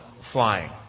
flying